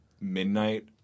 midnight